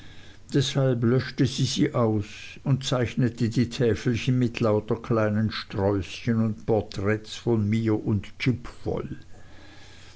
deshalb löschte sie sie aus und zeichnete die täfelchen mit lauter kleinen sträußchen und porträts von mir und jip voll